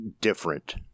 different